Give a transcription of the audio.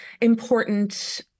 important